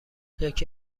یکی